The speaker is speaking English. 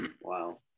Wow